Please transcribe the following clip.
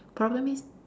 problem is